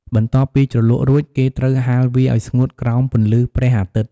បន្ទាប់ពីជ្រលក់រួច គេត្រូវហាលវាឱ្យស្ងួតក្រោមពន្លឺព្រះអាទិត្យ។